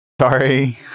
Sorry